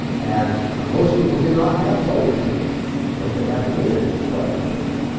and most people did not have flood insurance because they haven't needed flood insurance.